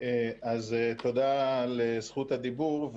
תודה על זכות הדיבור.